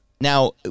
Now